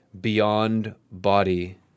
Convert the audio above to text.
beyond-body